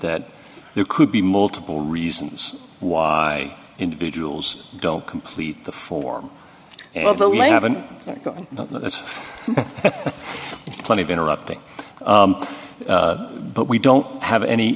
that there could be multiple reasons why individuals don't complete the form of eleven plenty of interrupting but we don't have any